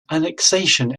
annexation